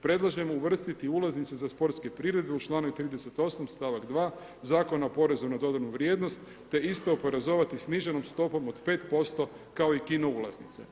Predlažemo uvrstiti i ulaznice za sportske priredbe u članak 38. stavak 2. Zakona o porezu na dodanu vrijednost te isto oporezovati sniženom stopom od 5% kao i kino ulaznice.